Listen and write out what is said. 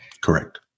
Correct